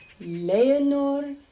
Leonor